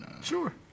Sure